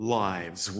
lives